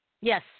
yes